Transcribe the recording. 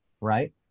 right